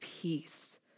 peace